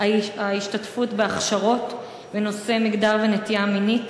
ההשתתפות בהכשרות בנושא מגדר ונטייה מינית